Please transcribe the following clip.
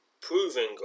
Proving